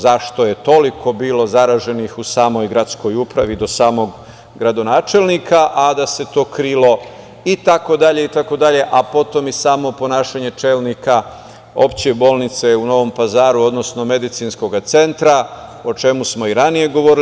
Zašto je toliko bilo zaraženih u samoj gradskoj upravi do samog gradonačelnika, a da se to krilo itd, itd, a potom i samo ponašanje čelnika Opšte bolnice u Novom Pazaru, odnosno Medicinskog centra, a o čemu smo i ranije govorili?